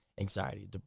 anxiety